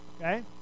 Okay